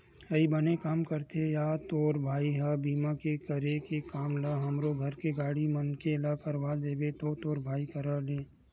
अई बने काम करथे या तोर भाई ह बीमा करे के काम ल हमरो घर के गाड़ी मन के ला करवा देबे तो तोर भाई करा ले